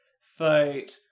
fight